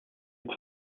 het